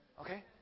Okay